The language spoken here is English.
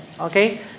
Okay